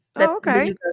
Okay